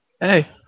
Hey